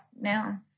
now